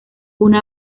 una